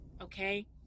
okay